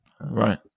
Right